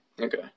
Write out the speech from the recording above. Okay